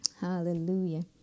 Hallelujah